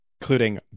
including